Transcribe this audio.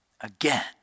again